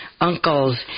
uncles